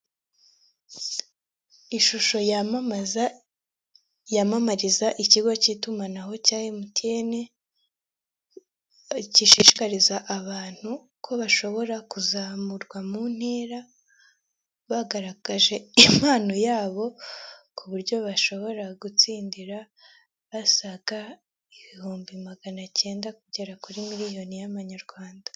Ishusho yamamaza yamamariza ikigo cy'itumanaho cya emutiyene gishishikariza abantu ko bashobora kuzamurwa mu ntera bagaragaje impano yabo ku buryo bashobora gutsindira asaga ibihumbi maganacyenda kugera kuri miriyoni y'amanyarwanda.